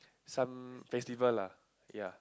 some festival lah ya